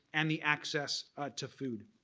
and the access to food.